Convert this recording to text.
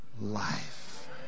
life